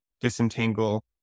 disentangle